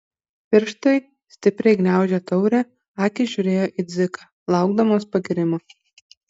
pirštai stipriai gniaužė taurę akys žiūrėjo į dziką laukdamos pagyrimo